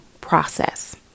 process